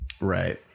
Right